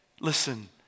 listen